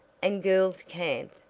and girls camp!